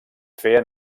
feien